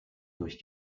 durch